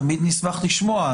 תמיד נשמח לשמוע.